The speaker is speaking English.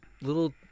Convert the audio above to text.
little